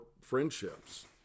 friendships